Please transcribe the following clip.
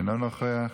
אינו נוכח.